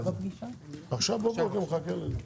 הישיבה ננעלה בשעה 14:24.